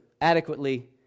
adequately